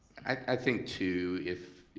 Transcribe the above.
i think too if,